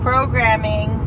Programming